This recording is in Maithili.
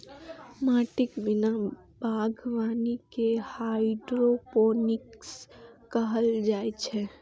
माटिक बिना बागवानी कें हाइड्रोपोनिक्स कहल जाइ छै